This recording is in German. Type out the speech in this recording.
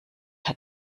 hat